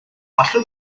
allwn